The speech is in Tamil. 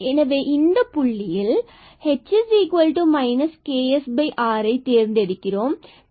எனவே இந்த புள்ளியில் நாம் h ksrதேர்ந்தெடுக்கிறோம்